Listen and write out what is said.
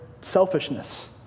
selfishness